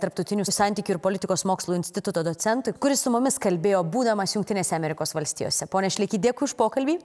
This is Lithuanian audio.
tarptautinių santykių ir politikos mokslų instituto docentui kuris su mumis kalbėjo būdamas jungtinėse amerikos valstijose pone šleky dėkui už pokalbį